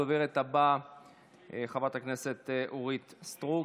הדוברת הבאה, חברת הכנסת אורית סטרוק,